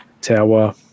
tower